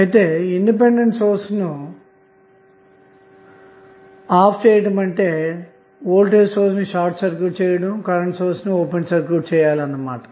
ఇక్కడ independent sources ను off చేయటమంటే వోల్టేజ్ సోర్స్ ని షార్ట్ సర్క్యూట్ చేసి కరెంటు సోర్స్ ని ఓపెన్ సర్క్యూట్ చేయాలన్నమాట